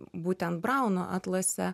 būtent brauno atlase